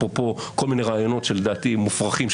אפרופו כל מיני רעיונות שלדעתי מופרכים,